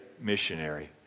missionary